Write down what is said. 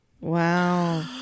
Wow